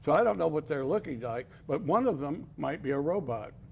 kind of know what they're looking like, but one of them might be a robot.